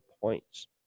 points